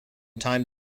time